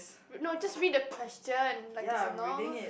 no just read the question like it's a normal